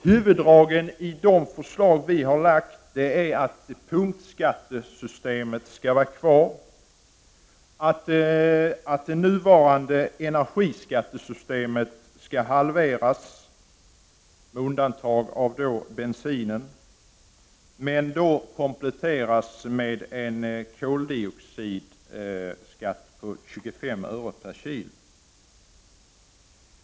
Huvuddragen i de förslag som vi har lagt fram är att punktskattesystemet skall vara kvar och att det nuvarande energiskattesystemet skall halveras, med undantag av bensinen, men då kompletteras med en koldioxidskatt på 25 öre per kg.